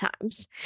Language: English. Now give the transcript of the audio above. times